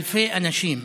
אלפי אנשים,